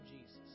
Jesus